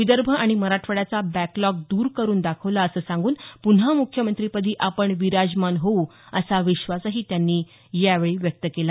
विदर्भ आणि मराठवाड्याचा बॅकलॉग द्र करून दाखवला असं सांगून पुन्हा मुख्यमंत्रीपदी आपण विराजमान होवू असा विश्वास त्यांनी यावेळी व्यक्त केला